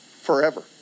Forever